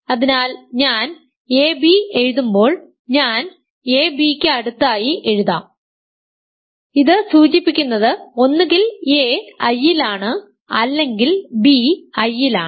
അതിനാൽ ഞാൻ ab എഴുതുമ്പോൾ ഞാൻ എ ബിക്ക് അടുത്തായി എഴുതാം ഇത് സൂചിപ്പിക്കുന്നത് ഒന്നുകിൽ എ I യിലാണ് അല്ലെങ്കിൽ ബി I യിലാണ്